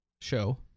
show